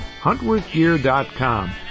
huntworthgear.com